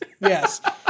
Yes